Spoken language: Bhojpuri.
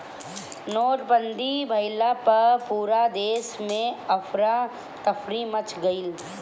नोटबंदी भइला पअ पूरा देस में अफरा तफरी मच गईल